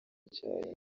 cyayi